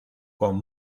con